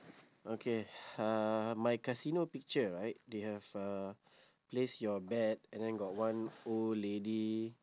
okay uh my casino picture right they have uh place your bet and then got one old lady